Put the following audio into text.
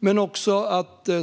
under Förenklingsresan.